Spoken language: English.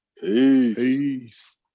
Peace